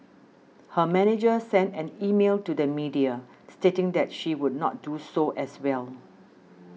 her manager sent an email to the media stating that she would not do so as well